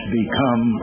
become